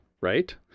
right